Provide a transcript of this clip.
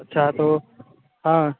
अच्छा तो हाँ